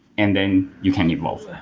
and then you can evolve.